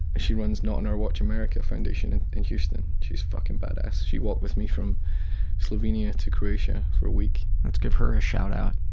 she runs not and our watch america foundation and in houston. she is a fuckin bad ass. she walked with me from slovenia to croatia for a week. let's give her a shout out.